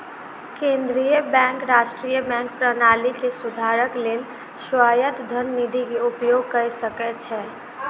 केंद्रीय बैंक राष्ट्रीय बैंक प्रणाली के सुधारक लेल स्वायत्त धन निधि के उपयोग कय सकै छै